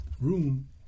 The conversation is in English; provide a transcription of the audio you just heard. room